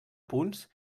punts